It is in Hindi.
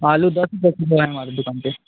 आलू दस रुपए किलो है हमारी दुकान पर